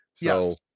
Yes